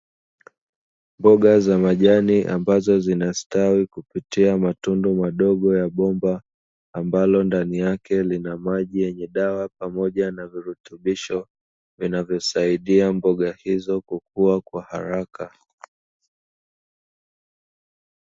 Mboga za majani ambazo zinastawi kupitia matundu madogo ya bomba, ambalo ndani yake lina maji yenye dawa pamoja na virutubisho, vinavyosaidia mboga hizo kukua kwa haraka.